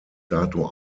dato